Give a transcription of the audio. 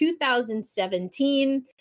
2017